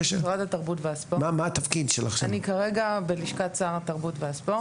אני כרגע בלשכת שר התרבות והספורט.